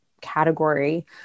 category